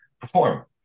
perform